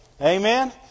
Amen